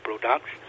products